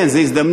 כן, זו הזדמנות.